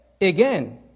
again